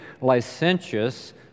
licentious